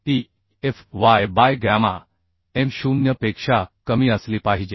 2zeFy by gamma M0 पेक्षा कमी असली पाहिजे